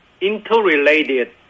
interrelated